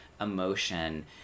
emotion